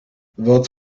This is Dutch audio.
wat